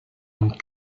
une